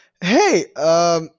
Hey